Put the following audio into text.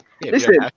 Listen